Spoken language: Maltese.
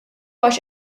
għax